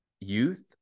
youth